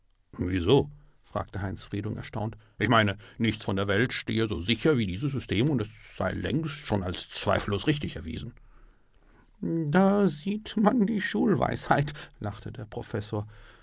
wieso fragte heinz friedung erstaunt ich meinte nichts von der welt stehe so sicher wie dieses system und es sei längst schon als zweifellos richtig erwiesen da sieht man die schulweisheit lachte der professor